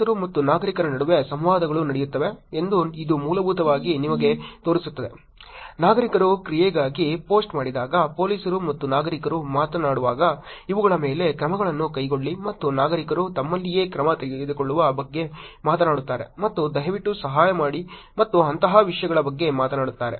ಪೊಲೀಸರು ಮತ್ತು ನಾಗರಿಕರ ನಡುವೆ ಸಂವಾದಗಳು ನಡೆಯುತ್ತವೆ ಎಂದು ಇದು ಮೂಲಭೂತವಾಗಿ ನಿಮಗೆ ತೋರಿಸುತ್ತದೆ ನಾಗರಿಕರು ಕ್ರಿಯೆಗಾಗಿ ಪೋಸ್ಟ್ ಮಾಡಿದಾಗ ಪೊಲೀಸರು ಮತ್ತು ನಾಗರಿಕರು ಮಾತನಾಡುವಾಗ ಇವುಗಳ ಮೇಲೆ ಕ್ರಮಗಳನ್ನು ಕೈಗೊಳ್ಳಿ ಮತ್ತು ನಾಗರಿಕರು ತಮ್ಮಲ್ಲಿಯೇ ಕ್ರಮ ತೆಗೆದುಕೊಳ್ಳುವ ಬಗ್ಗೆ ಮಾತನಾಡುತ್ತಾರೆ ಮತ್ತು ದಯವಿಟ್ಟು ಸಹಾಯ ಮಾಡಿ ಮತ್ತು ಅಂತಹ ವಿಷಯಗಳ ಬಗ್ಗೆ ಮಾತನಾಡುತ್ತಾರೆ